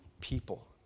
people